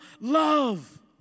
love